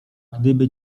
gdyby